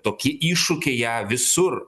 toki iššūkiai ją visur